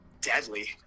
deadly